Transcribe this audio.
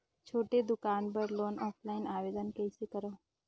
छोटे दुकान बर लोन ऑफलाइन आवेदन कइसे करो?